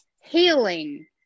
healing